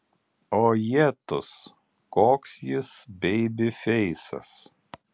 o jetus koks jis beibifeisas